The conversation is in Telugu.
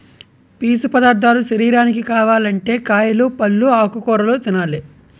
పీసు పదార్ధాలు శరీరానికి కావాలంటే కాయలు, పల్లు, ఆకుకూరలు తినాలి